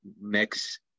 mix